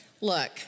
Look